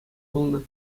пулнӑ